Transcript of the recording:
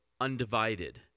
undivided